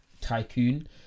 tycoon